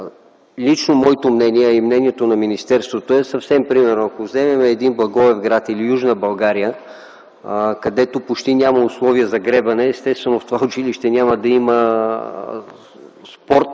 лично моето мнение, а и мнението на министерството е примерно, ако вземем Благоевград или Южна България, където почти няма условия за гребане, естествено в това училище няма да има спорт,